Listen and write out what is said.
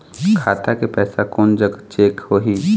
खाता के पैसा कोन जग चेक होही?